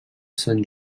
sant